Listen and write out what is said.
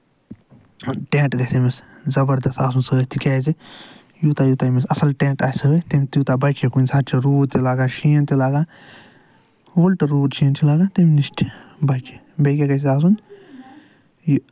tent گژھِ أمِس زَبردست آسُن سۭتۍ تِکیازِ یوٗتاہ یوٗتاہ أمِس اَصٕل ٹٮ۪نٹ آسہِ سۭتۍ توٗتاہ بَچہِ یہِ کُنہِ ساتہٕ چھُ روٗد تہِ لاگان شیٖن تہِ لاگان ؤلٹہٕ شیٖن چھُ لاگان تَمہِ نِش بَچہِ بیٚیہِ کیاہ گژھٮ۪س آسُن یہِ